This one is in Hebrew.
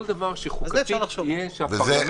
כל דבר שחוקתית יהיה --- על זה אפשר לחשוב.